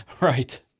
Right